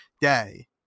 day